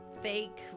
fake